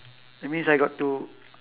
that means I got to